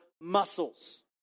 muscles